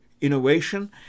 innovation